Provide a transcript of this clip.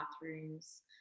bathrooms